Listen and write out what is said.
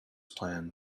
plan